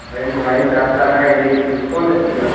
वयं वयं छात्राः यदि डिस्कौण्ट् अस्ति वा